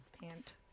pant